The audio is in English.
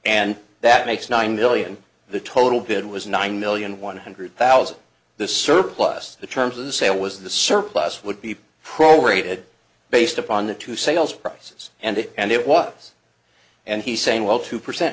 and that makes nine million the total bid was nine million one hundred thousand the surplus the terms of the sale was the surplus would be pro rated based upon the two sales prices and it and it was and he's saying well two percent